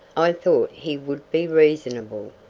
i thought he would be reasonable!